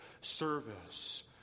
service